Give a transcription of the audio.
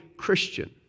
Christian